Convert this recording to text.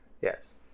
Yes